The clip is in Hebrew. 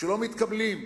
שלא מתקבלים.